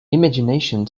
imagination